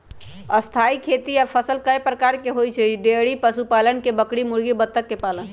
स्थाई खेती या फसल कय प्रकार के हई जईसे डेइरी पशुपालन में बकरी मुर्गी बत्तख के पालन